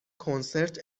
کنسرت